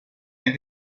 est